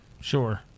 Sure